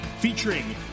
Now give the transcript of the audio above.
featuring